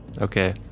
Okay